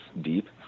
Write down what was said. deep